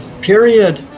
Period